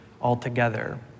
altogether